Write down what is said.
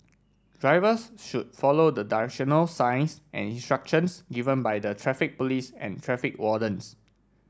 drivers should follow the directional signs and instructions given by the Traffic Police and traffic wardens